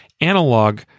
analog